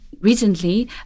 recently